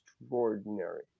extraordinary